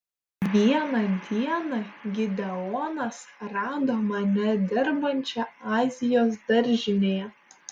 vieną dieną gideonas rado mane dirbančią azijos daržinėje